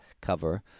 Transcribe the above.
cover